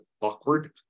awkward